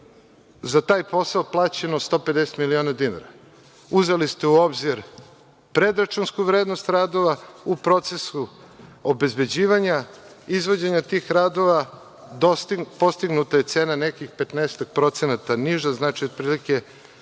za taj posao plaćeno 150 miliona dinara. Uzeli ste u obzir predračunsku vrednost radova, u procesu obezbeđivanja izvođenja tih radova, postignuta je cena negde 15% niža, otprilike